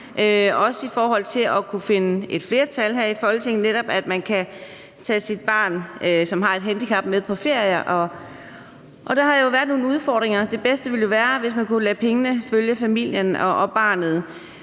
også i forhold til at kunne finde et flertal her i Folketinget, altså at man netop kan tage sit barn, som har et handicap, med på ferier, og der har jo været nogle udfordringer. Det bedste ville jo være, hvis man kunne lade pengene følge familien og barnet,